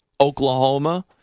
Oklahoma